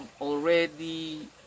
already